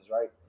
right